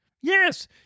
Yes